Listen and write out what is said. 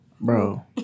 Bro